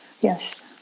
yes